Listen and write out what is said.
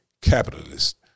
capitalist